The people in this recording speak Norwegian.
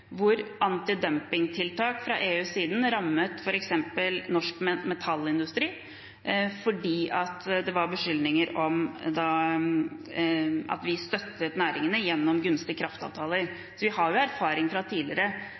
hvor antidumpingtiltak fra EUs side rammet f.eks. norsk metallindustri, fordi det var beskyldinger om at vi støttet næringene gjennom gunstige kraftavtaler. Så vi har erfaring fra tidligere